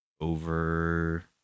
over